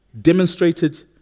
demonstrated